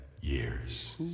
years